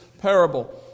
parable